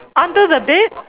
under the bed